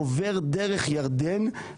עובר דרך ירדן,